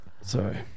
Sorry